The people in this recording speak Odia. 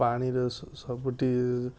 ପାଣିରେ ସବୁଠି